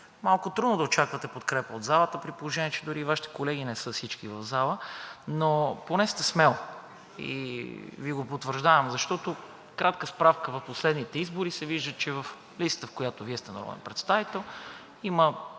малко трудно е да очаквате подкрепа от залата, при положение че дори и Вашите колеги не са всички в залата, но поне сте смел и Ви го потвърждавам. Защото от кратка справка в последните избори се вижда, че в листата, в която Вие сте народен представител, има